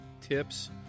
tips